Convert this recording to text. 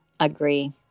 Agree